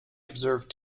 observed